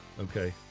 Okay